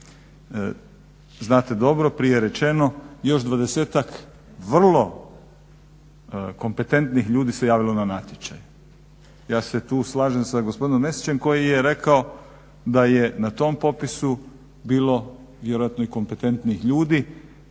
Znate dobro, prije je rečeno još dvadesetak vrlo kompetentnih ljudi se javilo na natječaj. ja se tu slažem sa gospodinom Mesićem koji je rekao da je na tom popisu bilo vjerojatno i kompetentnih ljudi.